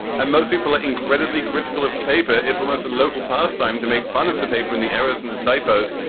and most people are incredibly critical of the paper. it's almost a local pastime to make fun of the paper in the errors and the typos,